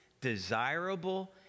desirable